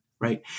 right